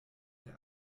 der